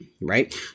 right